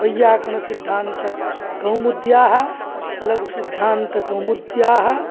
वैय्याकरणसिद्धान्तकौमुद्याः लघुसिद्धान्तकौमुद्याः